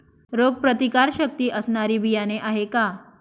रोगप्रतिकारशक्ती असणारी बियाणे आहे का?